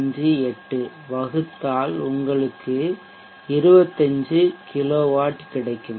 58 வகுத்தால் உங்களுக்கு 25 கிலோவாட் கிடைக்கும்